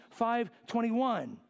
5.21